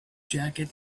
jacket